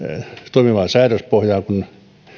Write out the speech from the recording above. toimivaa säädöspohjaa kun